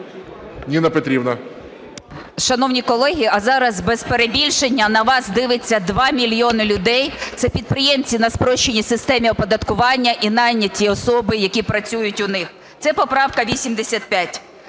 Н.П. Шановні колеги, а зараз, без перебільшення, на вас дивиться 2 мільйони людей, це підприємці на спрощеній системі оподаткування і найняті особи, які працюють у них. Це поправка 85.